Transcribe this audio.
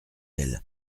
elle